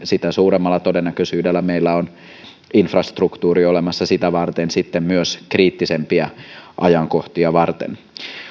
sitä suuremmalla todennäköisyydellä meillä on infrastruktuuri olemassa sitä varten sitten myös kriittisempiä ajankohtia varten